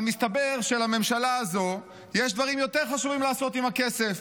אבל מסתבר שלממשלה הזו יש דברים יותר חשובים לעשות עם הכסף.